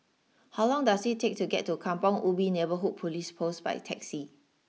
how long does it take to get to Kampong Ubi Neighbourhood police post by taxi